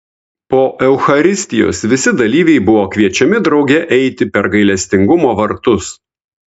po eucharistijos visi dalyviai buvo kviečiami drauge eiti per gailestingumo vartus